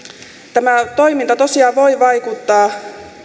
tämä ministerin toiminta tosiaan voi vaikuttaa